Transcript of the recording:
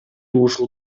ушул